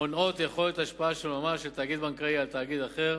מונעות יכולת השפעה של ממש של תאגיד בנקאי על תאגיד אחר